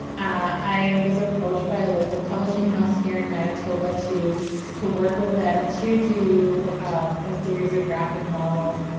i was approached by a local publishing house here in manitoba to to work with them to do a series of graphic novels,